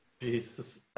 Jesus